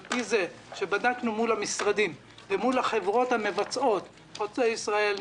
על פי זה שבדקנו מול המשרדים ומול החברות המבצעות: חוצה ישראל,